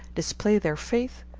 display their faith,